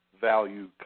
value